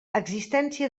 existència